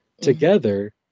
together